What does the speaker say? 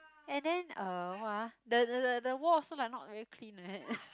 and then uh what ah the the the the wall also like not very clean like that